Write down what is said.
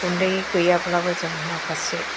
गुन्दै गैयाब्लाबो जों माखासे